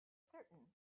certain